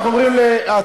אנחנו עוברים להצבעה,